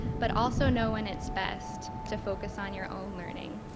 but also know when it's best to focus on your own learning.